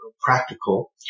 practical